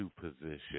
position